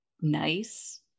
nice